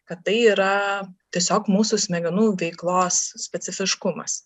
kad tai yra tiesiog mūsų smegenų veiklos specifiškumas